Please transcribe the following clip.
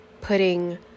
putting